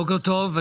בוקר טוב.